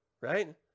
right